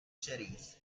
cherries